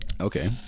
Okay